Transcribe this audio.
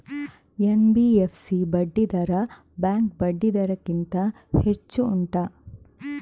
NBFC ಬಡ್ಡಿ ದರ bank ಬಡ್ಡಿ ದರ ಗಿಂತ ಹೆಚ್ಚು ಉಂಟಾ